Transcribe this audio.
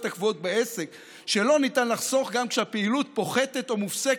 הקבועות בעסק שלא ניתן לחסוך גם כשהפעילות פוחתת או מופסקת,